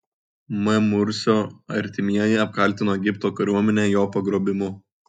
m mursio artimieji apkaltino egipto kariuomenę jo pagrobimu